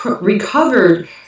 recovered